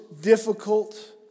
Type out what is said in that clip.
difficult